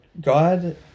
God